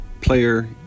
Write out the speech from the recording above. player